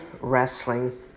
wrestling